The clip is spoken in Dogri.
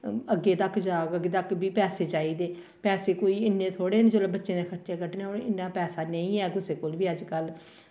अग्गें तक जाह्ग अग्गें तक बी पैसे चाहिदे पैसे कोई इन्ने थोह्ड़े न जेल्लै बच्चें दे खर्चे कड्ढने होन इन्ना पैसा नेईं ऐ कुसै कोल बी अज्जकल